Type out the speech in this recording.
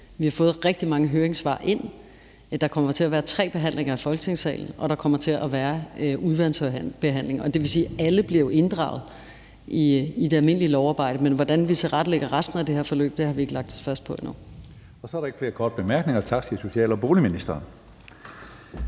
vi har fået rigtig mange høringssvar ind. Der kommer til at være tre behandlinger i Folketingssalen, og der kommer til at være en udvalgsbehandling. Det vil sige, at alle jo bliver inddraget i det almindelige lovarbejde, men hvordan vi tilrettelægger resten af det her forløb har vi ikke lagt os fast på endnu. Kl. 16:29 Tredje næstformand (Karsten Hønge): Så er der ikke flere korte bemærkninger. Tak til social- og boligministeren.